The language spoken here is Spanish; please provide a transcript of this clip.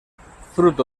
fruto